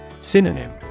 Synonym